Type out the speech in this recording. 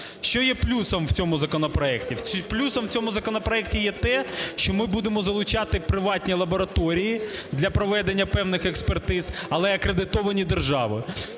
Що є плюсом у цьому законопроекті? Плюсом у цьому законопроекті є те, що ми будемо залучати приватні лабораторії для проведення певних експертиз, але акредитовані державою.